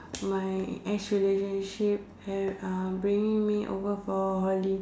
my ex relationship had uh bringing me over for holi~